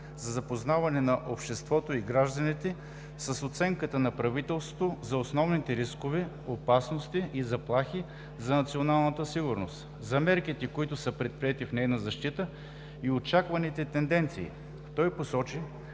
за запознаване на обществото и гражданите с оценката на правителството за основните рискове, опасности и заплахи за националната сигурност, за мерките, които са предприети в нейна защита, и очакваните тенденции. Той посочи,